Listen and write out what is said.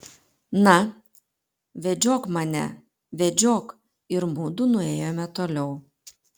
na vedžiok mane vedžiok ir mudu nuėjome toliau